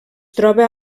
troba